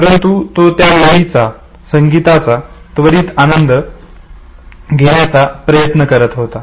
परंतु तो त्या लयीचा संगीताचा त्वरित आनंद घेण्याचा प्रयत्न करीत होता